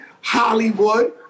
Hollywood